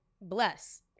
Bless